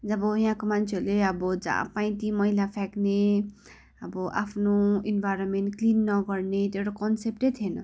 जब यहाँको मान्छेहरूले अब जहाँ पायो त्यहीँ मैला फ्याँक्ने अब आफ्नो इन्भाइरोमेन्ट क्लिन नगर्ने त्यो एउटा कन्सेप्टै थिएन